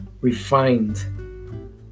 refined